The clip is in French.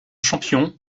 champions